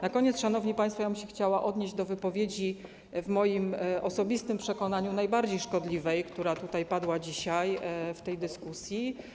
Na koniec, szanowni państwo, chciałabym się odnieść do wypowiedzi w moim osobistym przekonaniu najbardziej szkodliwej, która padła dzisiaj w tej dyskusji.